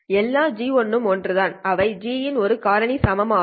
எல்லா GI யும் ஒன்றுதான் அவை G இன் ஒரு காரணி சமம் ஆகும்